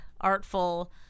artful